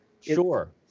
Sure